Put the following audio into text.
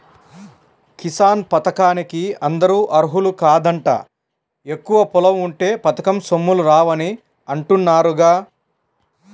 కిసాన్ పథకానికి అందరూ అర్హులు కాదంట, ఎక్కువ పొలం ఉంటే పథకం సొమ్ములు రావని అంటున్నారుగా